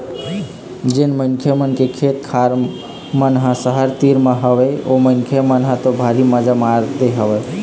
जेन मनखे मन के खेत खार मन ह सहर तीर म हवय ओ मनखे मन ह तो भारी मजा मार दे हवय